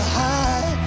high